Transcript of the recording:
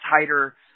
tighter